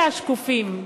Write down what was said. אלה השקופים,